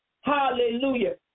Hallelujah